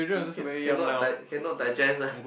um cannot di~ cannot digest ah